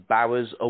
Bowers